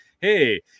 hey